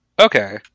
Okay